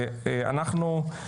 אנחנו,